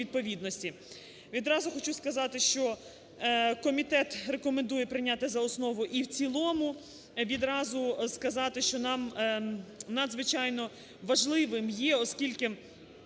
Відразу хочу сказати, що комітет рекомендує прийняти за основу і в цілому. Відразу сказати, що нам надзвичайно важливим є, оскільки